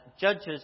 judges